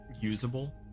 usable